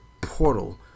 portal